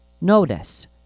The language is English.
Notice